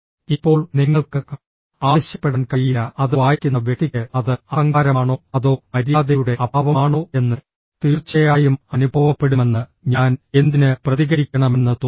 ഇപ്പോൾ നിങ്ങൾക്ക് ആവശ്യപ്പെടാൻ കഴിയില്ല അത് വായിക്കുന്ന വ്യക്തിക്ക് അത് അഹങ്കാരമാണോ അതോ മര്യാദയുടെ അഭാവമാണോ എന്ന് തീർച്ചയായും അനുഭവപ്പെടുമെന്ന് ഞാൻ എന്തിന് പ്രതികരിക്കണമെന്ന് തോന്നുന്നു